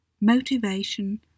motivation